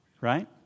Right